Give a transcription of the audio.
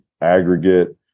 aggregate